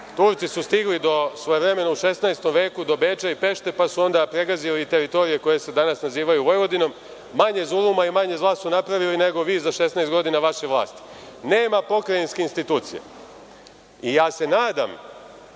Turci su stigli, svojevremeno, u 16 veku, do Beča i Pešte, pa su onda pregazili teritorije koje se danas nazivaju Vojvodinom. Manje zuluma i manje zla su napravili nego vi za 16 godina vaše vlasti. Nema pokrajinske institucije i ja se nadam